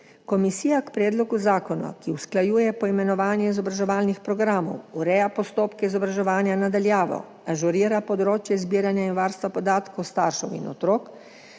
Komisija k predlogu zakona, ki usklajuje poimenovanje izobraževalnih programov, ureja postopke izobraževanja na daljavo, ažurira področje zbiranja in varstva podatkov staršev in otrok,